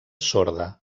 sorda